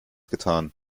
getan